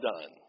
done